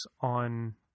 on